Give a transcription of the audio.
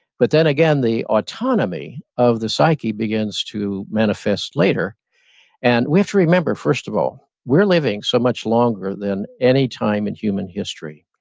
but then again, the autonomy of the psyche begins to manifest later and we have to remember first of all, we're living so much longer than any time in human history.